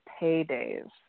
paydays